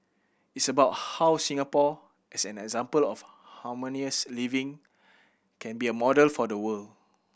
it's about how Singapore as an example of harmonious living can be a model for the world